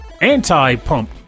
anti-pump